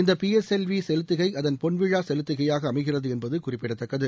இந்த P S L V செலுத்துகை அதன் பொன்விழா செலுத்துகையாக அமைகிறது என்பது குறிப்பிடத்தக்கது